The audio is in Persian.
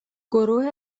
گروه